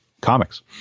comics